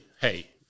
hey